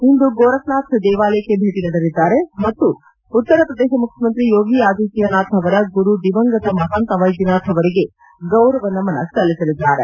ಇಂದು ಗೋರಖ್ನಾಥ ದೇವಾಲಯಕ್ಕೆ ಭೇಟ ನೀಡಲಿದ್ದಾರೆ ಮತ್ತು ಉತ್ತರ ಪ್ರದೇಶ ಮುಖ್ಯಮಂತ್ರಿ ಯೋಗಿ ಆದಿತ್ಯನಾಥ್ ಅವರ ಗುರು ದಿವಂಗತ ಮಹಂತ್ ಅವೈದ್ಯನಾಥ್ ಅವರಿಗೆ ಗೌರವ ನಮನ ಸಲ್ಲಿಸಲಿದ್ದಾರೆ